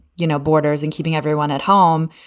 you know, borders and keeping everyone at home.